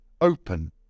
open